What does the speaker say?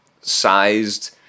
sized